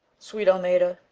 sweet almeda,